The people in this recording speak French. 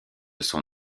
son